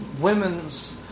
women's